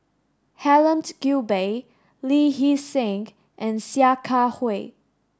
Helen Gilbey Lee Hee Seng and Sia Kah Hui